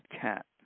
cat